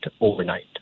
overnight